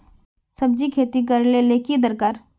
सब्जी खेती करले ले की दरकार?